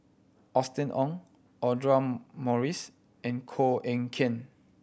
Austen Ong Audra Morrice and Koh Eng Kian